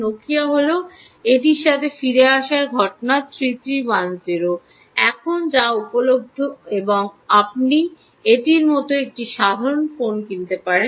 Nokia হল এটির সাথে ফিরে আসার ঘটনা 3310 এখন যা উপলভ্য এবং আপনি এটির মতো একটি সাধারণ ফোন কিনতে পারেন